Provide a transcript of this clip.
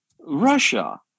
Russia